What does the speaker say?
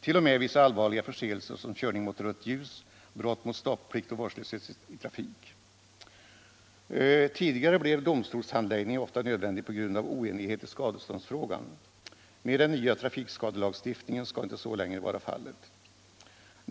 t.o.m. vid så allvarliga förseelser som körning mot rött ljus, brott mot stopplikt och vårdslöshet i trafik. Tidigare blev domstolshandläggning ofta nödvändig på grund av oenighet i skadeståndsfrågan. Med den nya trafikskadelagstiftningen skall så inte längre vara fallet.